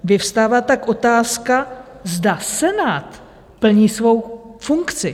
Vyvstává tak otázka, zda Senát plní svou funkci.